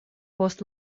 post